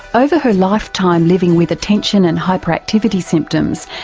over her lifetime living with attention and hyperactivity symptoms,